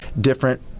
different